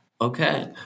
okay